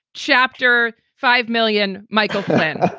chapter five million. michael flynn,